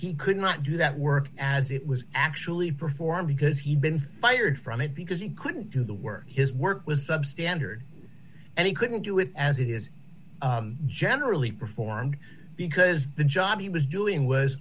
he could not do that work as it was actually perform because he'd been fired from it because he couldn't do the work his work was substandard and he couldn't do it as it is generally performed because the job he was doing was